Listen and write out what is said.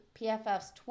PFF's